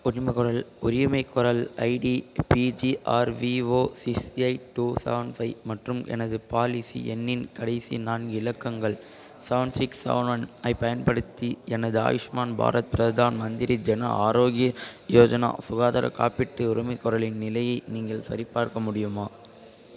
உரிமைக்கோரல் உரிமைக்கோரல் ஐடி பிஜிஆர்விவோ six eight two seven five மற்றும் எனது பாலிசி எண்ணின் கடைசி நான்கு இலக்கங்கள் சவன் சிக்ஸ் சவன் ஒன் ஐப் பயன்படுத்தி எனது ஆயுஷ்மான் பாரத் ப்ரதான் மந்திரி ஜனா ஆரோக்ய யோஜனா சுகாதார காப்பீட்டு உரிமைக்கோரலின் நிலையை நீங்கள் சரிபார்க்க முடியுமா